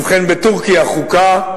ובכן, בטורקיה חוקה,